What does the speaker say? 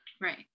Right